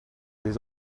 des